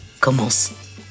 Commence